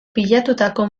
pilatutako